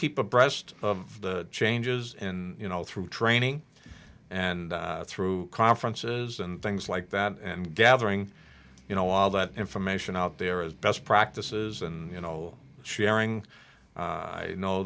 keep abreast of the changes in you know through training and through conferences and things like that and gathering you know all that information out there as best practices and you know sharing i know